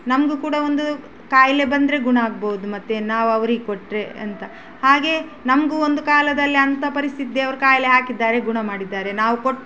ನಮಗೂ ಕೂಡ ಒಂದು ಕಾಯಿಲೆ ಬಂದರೆ ಗುಣ ಆಗ್ಬೋದು ಮತ್ತು ನಾವು ಅವರಿಗೆ ಕೊಟ್ಟರೆ ಅಂತ ಹಾಗೆ ನಮಗೂ ಒಂದು ಕಾಲದಲ್ಲಿ ಅಂಥ ಪರಿಸ್ಥಿತಿ ದೇವ್ರು ಕಾಯಿಲೆ ಹಾಕಿದ್ದಾರೆ ಗುಣಮಾಡಿದ್ದಾರೆ ನಾವು ಕೊಟ್ಟು